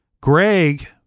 Greg